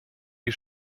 die